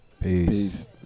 Peace